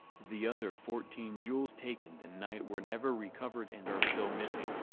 the other fourteen jewels taken than night were never recovered and are still missing.